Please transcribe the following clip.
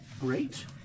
Great